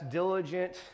diligent